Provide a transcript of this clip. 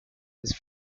his